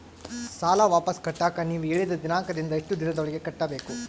ಸಾಲ ವಾಪಸ್ ಕಟ್ಟಕ ನೇವು ಹೇಳಿದ ದಿನಾಂಕದಿಂದ ಎಷ್ಟು ದಿನದೊಳಗ ಕಟ್ಟಬೇಕು?